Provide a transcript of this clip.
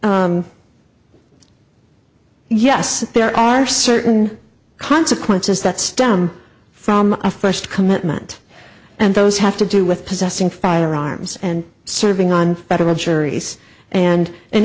yes there are certain consequences that stem from a first commitment and those have to do with possessing firearms and serving on better juries and in